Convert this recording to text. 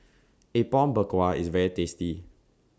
Apom Berkuah IS very tasty